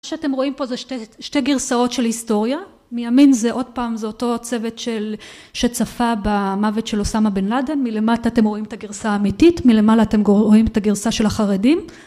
שאתם רואים פה זה שתי גרסאות של היסטוריה. מימין זה עוד פעם זה אותו צוות של שצפה במוות של אוסמה בן לדן, מלמטה אתם רואים את הגרסה האמיתית, מלמעלה אתם רואים את הגרסה של החרדים